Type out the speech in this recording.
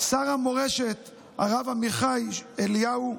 שר המורשת הרב עמיחי אליהו,